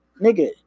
nigga